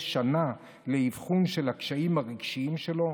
שנה לאבחון של הקשיים הרגשיים שלו?